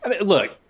Look